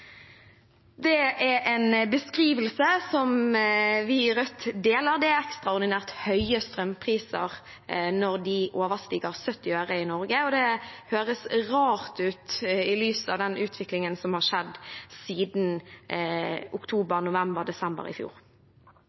Det er en beskrivelse som vi i Rødt deler. Det er ekstraordinært høye strømpriser når prisen overstiger 70 øre/kWh i Norge, og det høres rart ut i lys av den utviklingen som har skjedd siden oktober, november, desember i fjor.